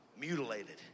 mutilated